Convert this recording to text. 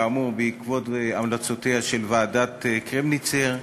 כאמור בעקבות המלצותיה של ועדת קרמניצר,